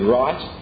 right